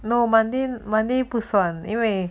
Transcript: no monday monday 不算因为